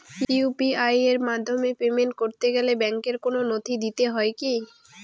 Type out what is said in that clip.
UPI এর মাধ্যমে payment করতে গেলে ব্যাংকের কোন নথি দিতে হয় কি?